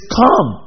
come